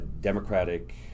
Democratic